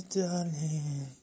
darling